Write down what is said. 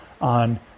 on